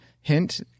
hint